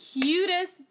cutest